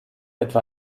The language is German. etwa